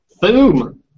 Boom